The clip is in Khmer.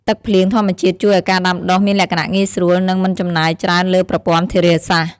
ទឹកភ្លៀងធម្មជាតិជួយឱ្យការដាំដុះមានលក្ខណៈងាយស្រួល និងមិនចំណាយច្រើនលើប្រព័ន្ធធារាសាស្ត្រ។